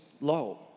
low